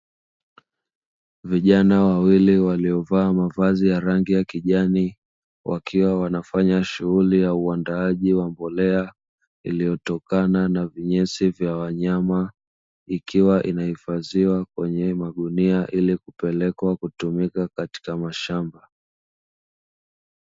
Vijana wawili waliovaa mavazi ya rangi ya kijani wakiwa wanafanya shughuli ya uandaaji wa mbolea, iliyotokana na vinyesi vya wanyama ikiwa imehifadhiwa kwenye magunia, ili kupeekwa kutumika katika mashamba.